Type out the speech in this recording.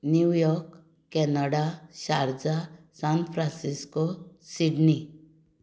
new York Canada Sharjah San Francisco Sydney